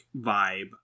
vibe